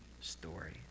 story